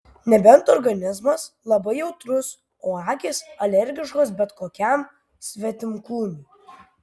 nebent organizmas labai jautrus o akys alergiškos bet kokiam svetimkūniui